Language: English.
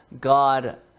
God